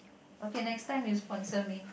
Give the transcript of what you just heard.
okay next time you sponsor me